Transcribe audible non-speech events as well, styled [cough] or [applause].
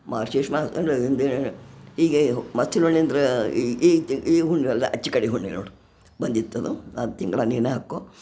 [unintelligible] ಹೀಗೆ [unintelligible] ಅಂದ್ರ ಈ ಈ ಈ ಹುಣ್ಣಿಮೆಲ್ಲ ಆಚೆ ಕಡೆ ಹುಣ್ಣಿಮೆ ನೋಡು ಬಂದಿತ್ತದು ಆ ತಿಂಗಳು ನೀನೇ ಹಾಕು